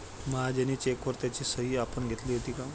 महाजनी चेकवर त्याची सही आपण घेतली होती का?